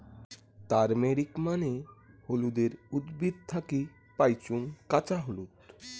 turmeric মানে হলুদের উদ্ভিদ থাকি পাইচুঙ কাঁচা হলুদ